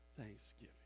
thanksgiving